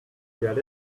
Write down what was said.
get